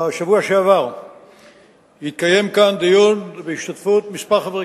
בשבוע שעבר התקיים כאן דיון בהשתתפות כמה חברי